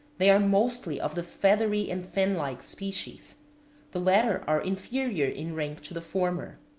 they are mostly of the feathery and fan-like species the latter are inferior in rank to the former.